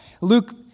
Luke